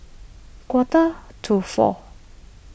quarter to four